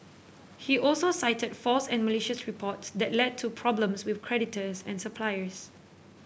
he also cited false and malicious reports that led to problems with creditors and suppliers